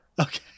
Okay